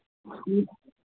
ठीक